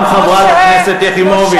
גם חברת הכנסת יחימוביץ,